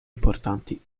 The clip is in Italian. importanti